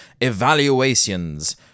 evaluations